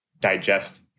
digest